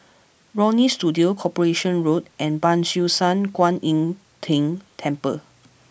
Leonie Studio Corporation Road and Ban Siew San Kuan Im Tng Temple